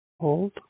Hold